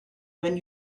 when